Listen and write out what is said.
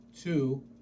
two